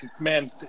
Man